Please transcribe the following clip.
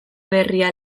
berria